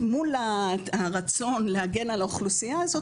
מול הרצון להגן על האוכלוסייה הזו,